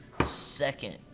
second